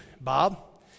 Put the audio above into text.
Bob